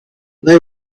they